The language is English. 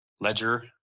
ledger